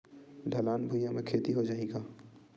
ढलान भुइयां म खेती हो जाही का?